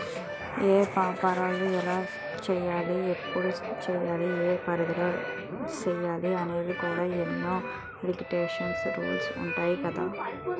ఏపారాలు ఎలా సెయ్యాలి? ఎప్పుడు సెయ్యాలి? ఏ పరిధిలో సెయ్యాలి అనేవి కూడా ఎన్నో లిటికేషన్స్, రూల్సు ఉంటాయి కదా